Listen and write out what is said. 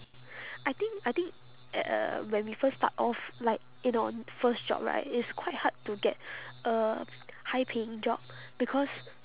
I think I think at uh when we first start off like in on first job right it's quite hard to get a high paying job because